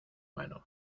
mano